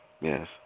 yes